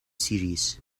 serious